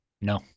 No